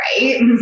Right